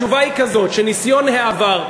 התשובה היא כזאת: ניסיון העבר,